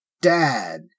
dad